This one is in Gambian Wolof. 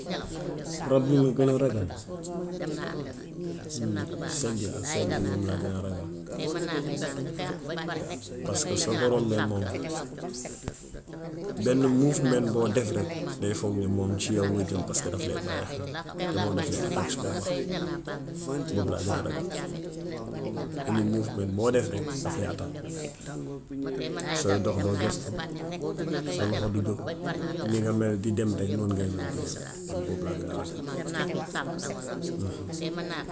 Rab bi ma gën a ragal segg la. Segg moom laa gën a ragal paska soo ko rombee moom, benn mofemen boo def rekk day foog ni moom ci yaw nga jëm paska daf lay bàyyi xel, te moom daf lay attak su boobaa. Boob laa gën a ragal. Benn mofemen boo def rekk daf lay attak. Sooy dox doo gestu, sa loxo du jóg. Ni nga mel di dem rekk noon ngay mel. Man boob laa gën a ragal.